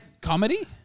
comedy